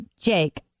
Jake